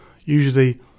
Usually